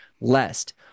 lest